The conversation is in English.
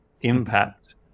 impact